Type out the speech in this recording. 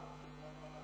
גם ברק.